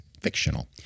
fictional